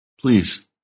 Please